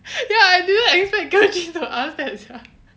ya I didn't expect giltry to ask that sia